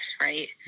right